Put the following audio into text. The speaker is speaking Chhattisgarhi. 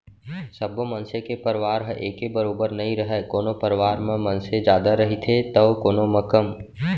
सब्बो मनसे के परवार ह एके बरोबर नइ रहय कोनो परवार म मनसे जादा रहिथे तौ कोनो म कम